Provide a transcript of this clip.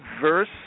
verse